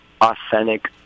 authentic